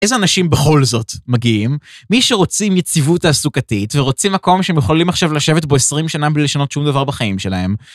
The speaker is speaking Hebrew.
איזה אנשים בכל זאת מגיעים? מי שרוצים יציבות עסוקתית ורוצים מקום שהם יכולים עכשיו לשבת בו 20 שנה בלי לשנות שום דבר בחיים שלהם.